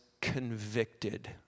convicted